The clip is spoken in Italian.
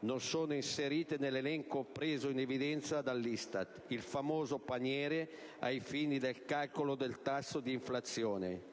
non sono inserite nell'elenco preso in evidenza dall'ISTAT, il famoso "paniere", ai fini del calcolo del tasso di inflazione.